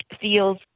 feels